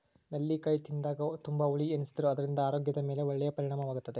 ನೆಲ್ಲಿಕಾಯಿ ತಿಂದಾಗ ತುಂಬಾ ಹುಳಿ ಎನಿಸಿದರೂ ಅದರಿಂದ ಆರೋಗ್ಯದ ಮೇಲೆ ಒಳ್ಳೆಯ ಪರಿಣಾಮವಾಗುತ್ತದೆ